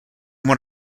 won